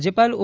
રાજ્યપાલ ઓ